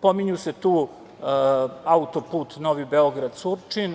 Pominju se tu autoput Novi Beograd-Surčin,